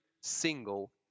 single